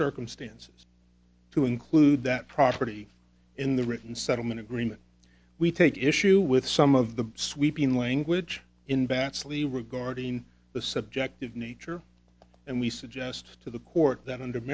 circumstances to include that property in the written settlement agreement we take issue with some of the sweeping language in bat's lee regarding the subjective nature and we suggest to the court that under